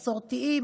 מסורתיים,